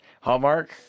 Hallmark